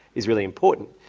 is really important.